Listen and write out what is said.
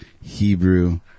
Hebrew